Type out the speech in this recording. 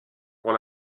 pour